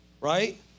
Right